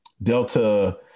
Delta